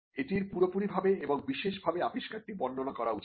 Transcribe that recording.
এটির পুরোপুরিভাবে এবং বিশেষ ভাবে আবিষ্কারটি বর্ণনা করা উচিত